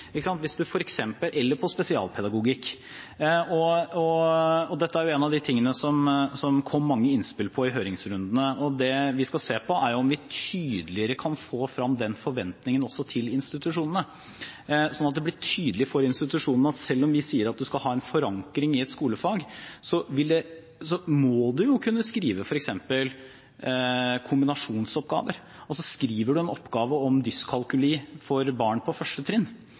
eller på spesialpedagogikk. Dette er en av de tingene som det kom mange innspill på i høringsrundene, og det vi skal se på, er om vi tydeligere kan få frem den forventningen også til institusjonene, sånn at det blir tydelig for institusjonene at selv om vi sier at det skal ha en forankring i et skolefag, må en jo kunne skrive f.eks. kombinasjonsoppgaver. Skriver du en oppgave om dyskalkuli for barn på 1. trinn,